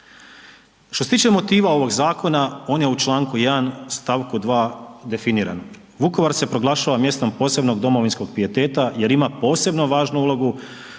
Što se tiče motiva ovog zakona, on je u čl.1. st.2. definiran „Vukovar se proglašava mjestom posebnog domovinskog pijeteta jer ima posebno važnu ulogu